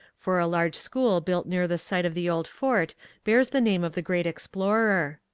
for a large school built near the site of the old fort bears the name of the great explorer.